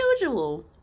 usual